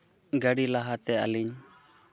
ᱜᱟᱹᱰᱤ ᱞᱟᱦᱟᱛᱮ ᱟᱹᱞᱤᱧ